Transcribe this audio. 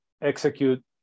execute